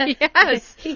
Yes